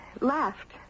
laughed